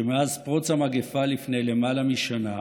שמאז פרוץ המגפה, למעלה משנה,